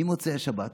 ממוצאי השבת